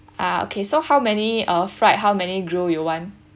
ah okay so how many uh fried how many grilled you want